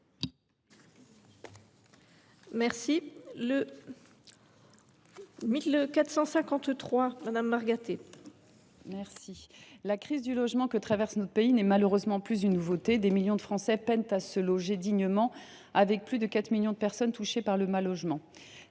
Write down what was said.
Margaté. La crise du logement que traverse notre pays n’est malheureusement plus une nouveauté. Des millions de Français peinent à se loger dignement et plus de 4 millions de personnes sont touchées par le mal logement.